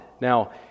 Now